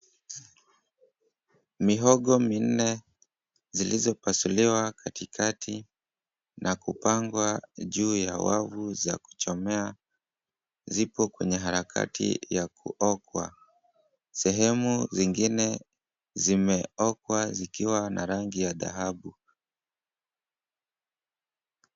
Mihogo minne zilizopasuliwa katikati na kupangwa juu ya wavu za kuchomea, zipo kwenye harakati ya kuokwa. Sehemu zingine zimeokwa zikiwa na rangi ya dhahabu.